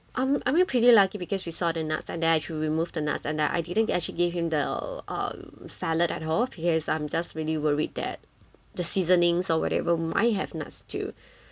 um I'm really pretty lucky because we saw the nuts and then I actually removed the nuts and that I didn't actually gave him the uh salad at all because I'm just really worried that the seasonings or whatever might have nuts too